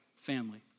family